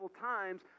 times